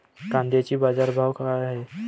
कांद्याचे बाजार भाव का हाये?